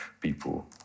people